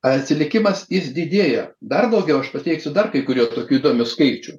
atsitikimas jis didėja dar daugiau aš pateiksiu dar kai kurių tokių įdomių skaičių